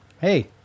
hey